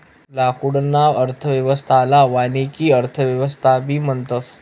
लाकूडना अर्थव्यवस्थाले वानिकी अर्थव्यवस्थाबी म्हणतस